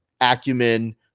acumen